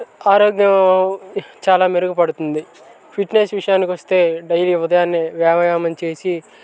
ఆరోగ్యం చాలా మెరుగు పడుతుంది ఫిట్నెస్ విషయానికి వస్తే డైలీ ఉదయాన్నే వ్యాయామం చేసి